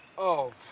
oh.